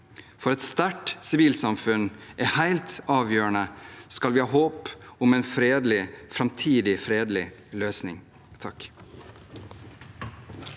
for. Et sterkt sivilsamfunn er helt avgjørende, skal vi ha håp om en framtidig fredelig løsning.